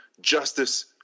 justice